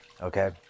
Okay